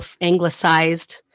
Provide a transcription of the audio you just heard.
anglicized